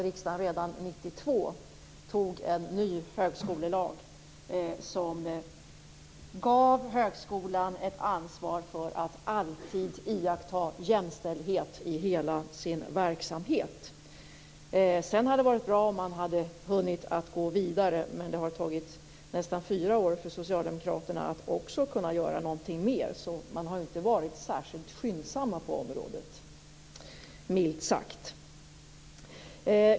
Riksdagen antog redan 1992 en ny högskolelag, som gav högskolan ett ansvar för att alltid iaktta jämställdhet i hela sin verksamhet. Det hade varit bra om man hade hunnit gå vidare, men det har tagit nästan fyra år för socialdemokraterna att göra något mer. Man har alltså minst sagt inte varit särskilt skyndsam på detta område.